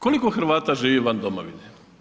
Koliko Hrvata živi van domovine?